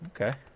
Okay